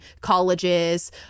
colleges